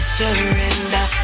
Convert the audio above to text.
surrender